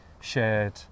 shared